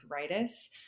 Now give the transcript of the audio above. arthritis